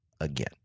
again